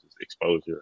exposure